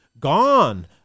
Gone